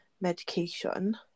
medication